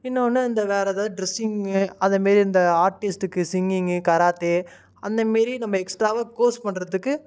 இன்னொன்று இந்த வேறு எதாவது ட்ரெஸ்ஸிங்கு அது மாதிரி இந்த ஆர்டிஸ்ட்டுக்கு சிங்கிங்கு கராத்தே அந்த மாரி நம்ம எக்ஸ்ட்ராவாக கோர்ஸ் பண்ணுறத்துக்கு